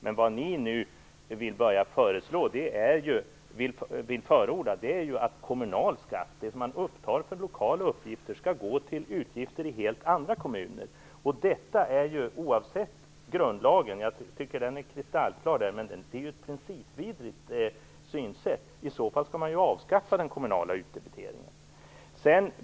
Men vad ni nu vill förorda är att kommunal skatt - det som man upptar för lokala uppgifter - skall gå till utgifter i helt andra kommuner. Detta är oavsett grundlagen - jag tycker att den är kristallklar där - ett principvidrigt synsätt. I så fall skall man avskaffa den kommunala utdebiteringen.